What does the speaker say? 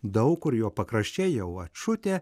daug kur jo pakraščiai jau atšute